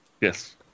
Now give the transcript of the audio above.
Yes